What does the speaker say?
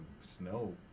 snow